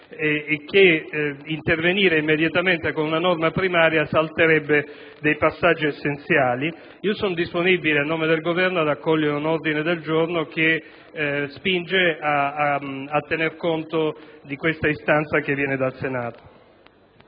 e che intervenire immediatamente con una norma primaria salterebbe passaggi essenziali. Sono comunque disponibile, a nome del Governo, ad accogliere un ordine del giorno che spinga a tenere conto dell'istanza proveniente dal Senato.